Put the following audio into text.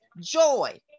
joy